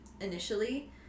initially